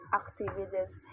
activities